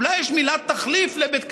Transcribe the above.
אולי יש מילת תחליף לבית כנסת.